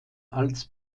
als